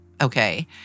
okay